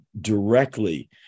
directly